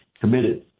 committed